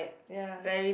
ya